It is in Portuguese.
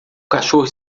cachorro